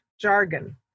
jargon